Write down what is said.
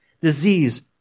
disease